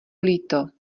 líto